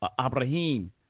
Abraham